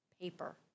paper